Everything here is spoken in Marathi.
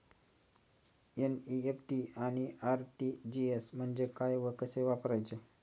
एन.इ.एफ.टी आणि आर.टी.जी.एस म्हणजे काय व कसे वापरायचे?